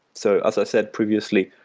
so as i said previously,